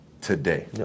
today